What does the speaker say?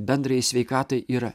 bendrai sveikatai yra